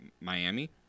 Miami